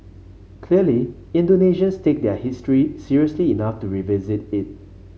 clearly Indonesians take their history seriously enough to revisit it